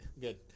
Good